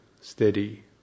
steady